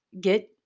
Get